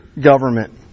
government